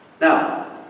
Now